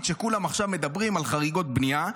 כולם עכשיו מדברים על חריגות בנייה.